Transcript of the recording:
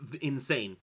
insane